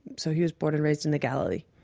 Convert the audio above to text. so he was born and raised in the galilee.